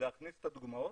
להכניס את הדוגמאות.